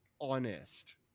honest